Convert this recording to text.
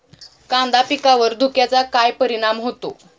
कांदा पिकावर धुक्याचा काय परिणाम होतो?